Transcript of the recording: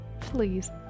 please